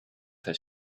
has